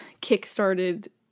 kick-started